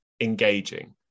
engaging